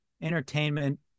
entertainment